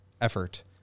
effort